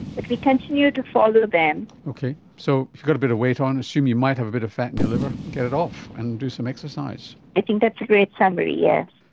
but we continue to follow them. okay, so if you've got a bit of weight on, assume you might have a bit of fat in your liver, get it off and do some exercise. i think that's a great summary, yes.